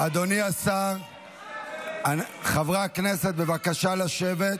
אדוני השר, חברי הכנסת, בבקשה לשבת,